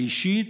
האישית,